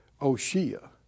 Oshia